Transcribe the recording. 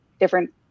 different